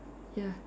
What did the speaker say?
ya